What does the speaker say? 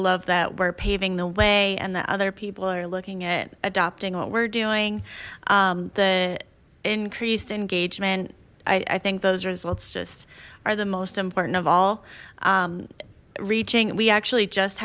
love that we're paving the way and that other people are looking at adopting what we're doing the increased engagement i think those results just are the most important of all reaching we actually just